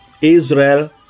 Israel